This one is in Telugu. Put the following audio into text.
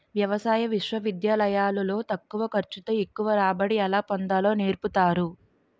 వ్యవసాయ విశ్వవిద్యాలయాలు లో తక్కువ ఖర్చు తో ఎక్కువ రాబడి ఎలా పొందాలో నేర్పుతారు